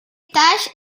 étage